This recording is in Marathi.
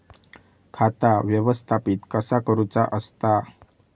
खाता व्यवस्थापित कसा करुचा असता?